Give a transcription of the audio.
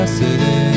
city